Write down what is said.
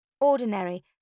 ordinary